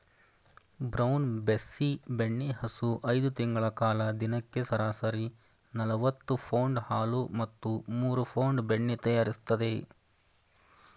brown Bessie ಬೆಣ್ಣೆಹಸು ಐದು ತಿಂಗಳ ಕಾಲ ದಿನಕ್ಕೆ ಸರಾಸರಿ ನಲವತ್ತು ಪೌಂಡ್ ಹಾಲು ಮತ್ತು ಮೂರು ಪೌಂಡ್ ಬೆಣ್ಣೆ ತಯಾರಿಸ್ತದೆ